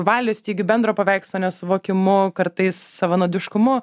valios stygiu bendro paveikslo nesuvokimu kartais savanaudiškumu